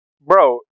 bro